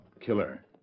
killer